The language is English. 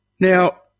Now